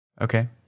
Okay